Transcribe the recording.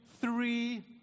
three